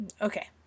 Okay